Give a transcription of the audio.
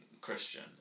Christian